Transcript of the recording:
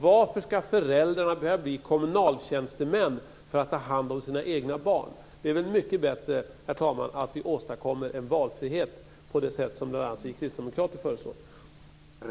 Varför ska föräldrarna behöva bli kommunaltjänstemän för att ta hand om sina egna barn? Det är väl mycket bättre att vi åstadkommer en valfrihet på det sätt som bl.a. vi kristdemokrater föreslår?